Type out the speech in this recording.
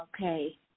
okay